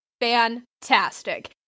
fantastic